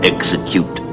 Execute